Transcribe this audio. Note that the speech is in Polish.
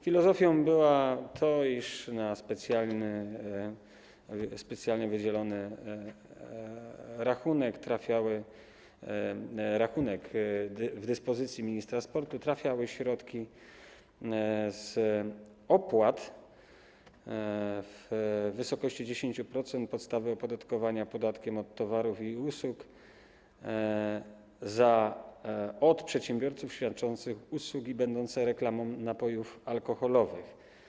Filozofią było to, iż na specjalnie wydzielony rachunek będący w dyspozycji ministra sportu trafiały środki z opłat w wysokości 10% podstawy opodatkowania podatkiem od towarów i usług od przedsiębiorców świadczących usługi będące reklamą napojów alkoholowych.